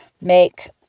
make